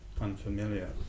unfamiliar